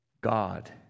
God